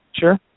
Sure